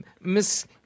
Miss